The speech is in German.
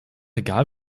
egal